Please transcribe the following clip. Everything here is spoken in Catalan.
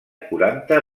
quaranta